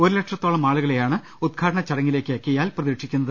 ഒരു ലക്ഷത്തോളം ആളുകളെയാണ് ഉദ്ഘാടന ചടങ്ങിലേക്ക് കിയാൽ പ്രതീക്ഷിക്കുന്നത്